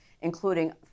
including